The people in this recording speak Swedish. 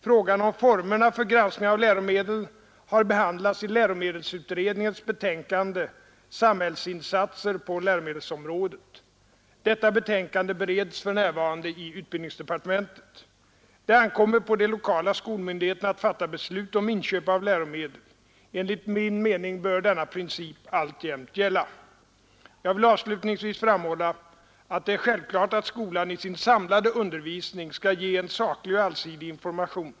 Frågan om formerna för granskning av läromedel har behandlats i läromedelsutredningens betänkande Samhällsinsatser på läromedelsområdet. Detta betänkande bereds för närvarande i utbildningsdepartementet. Det ankommer på de lokala skolmyndigheterna att fatta beslut om inköp av läromedel. Enligt min mening bör denna princip alltjämt gälla. Jag vill avslutningsvis framhålla att det är självklart att skolan i sin samlade undervisning skall ge en saklig och allsidig information.